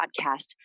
podcast